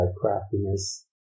craftiness